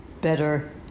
better